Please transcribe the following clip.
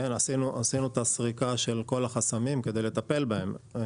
עשינו את הסריקה של כל החסמים כדי לטפל בהם.